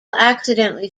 accidentally